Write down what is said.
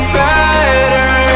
better